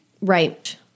Right